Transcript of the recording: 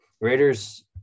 Raiders